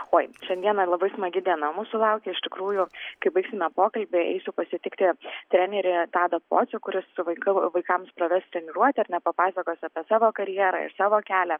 oi šiandieną labai smagi diena mūsų laukia iš tikrųjų kai baigsime pokalbį eisiu pasitikti trenerį tadą pocių kuris su vaiku vaikams praves treniruotę ar ne papasakos apie savo karjerą ir savo kelią